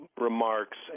remarks